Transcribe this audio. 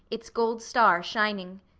its gold star shining.